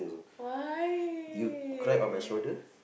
why